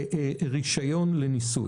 רישיון לניסוי.